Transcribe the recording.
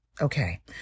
Okay